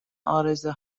عارضه